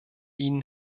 ihnen